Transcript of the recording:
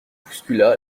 bouscula